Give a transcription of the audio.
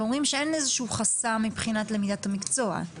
אז אתם אומרים שאין איזשהו חסר מבחינת למידת המקצוע?